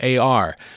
AR